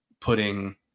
putting